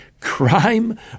Crime